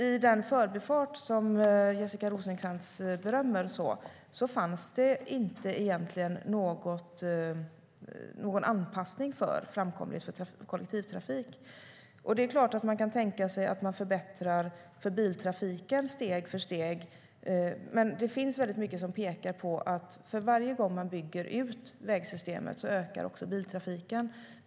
I den förbifart som Jessica Rosencrantz berömmer fanns det inte egentligen någon anpassning för framkomlighet för kollektivtrafik. Det är klart att man kan tänka sig att förbättra för biltrafiken steg för steg, men det finns mycket som pekar på att för varje gång man bygger ut vägsystemet ökar också biltrafiken.